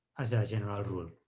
as a general rule.